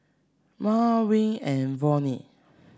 Miah Wright and Vonnie